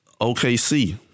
OKC